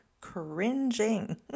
cringing